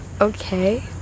Okay